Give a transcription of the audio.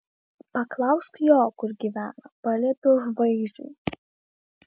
paklausk jo kur gyvena paliepiau žvairiui